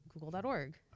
Google.org